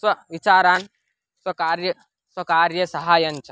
स्वविचारान् स्वकार्यं स्वकार्ये सहाय्यञ्च